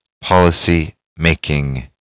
policy-making